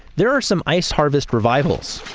there are some ice harvest revivals,